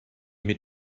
mit